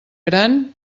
gran